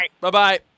Bye-bye